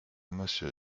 monsieur